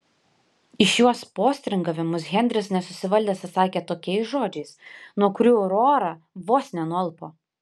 į šiuos postringavimus henris nesusivaldęs atsakė tokiais žodžiais nuo kurių aurora vos nenualpo